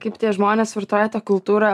kaip tie žmonės vartoja tą kultūrą